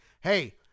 hey